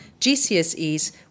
GCSEs